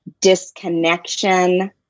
disconnection